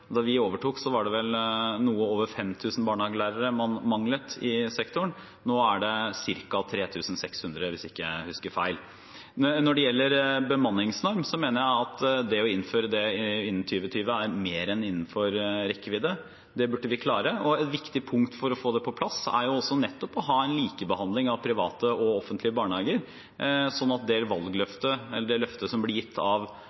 Da vi overtok, manglet det noe over 5 000 barnehagelærere i sektoren. Nå er det ca. 3 600, hvis jeg ikke husker feil. Når det gjelder bemanningsnorm, mener jeg at det å innføre dette innen 2020 er mer enn innenfor rekkevidde. Det burde vi klare. Et viktig punkt for å få det på plass er nettopp å ha en likebehandling av private og offentlige barnehager, slik at valgløftet, løftet som ble gitt av